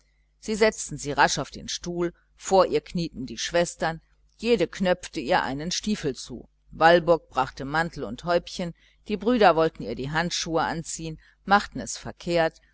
sie setzten sie rasch auf den stuhl vor ihr knieten die schwestern jede knöpfte ihr einen stiefel an walburg brachte mantel und häubchen die brüder wollten ihr die handschuhe anziehen machten es verkehrt